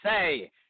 say